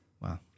Wow